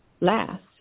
last